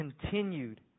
continued